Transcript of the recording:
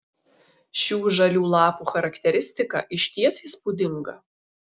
šių žalių lapų charakteristika išties įspūdinga